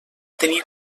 tenir